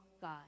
God